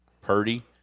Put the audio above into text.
Purdy